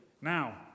now